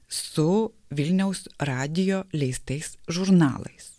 su vilniaus radijo leistais žurnalais